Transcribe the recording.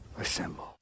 Assemble